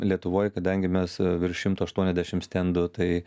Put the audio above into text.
lietuvoj kadangi mes virš šimto aštuoniasdešim stendų tai